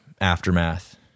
aftermath